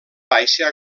baixa